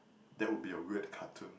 that would be a weird cartoon